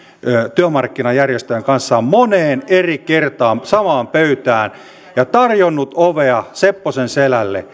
työmarkkinajärjestöjen kanssa moneen eri kertaan samaan pöytään ja tarjonnut ovea sepposen selälleen